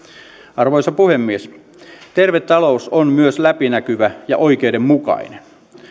arvoisa puhemies terve talous on myös läpinäkyvä ja oikeudenmukainen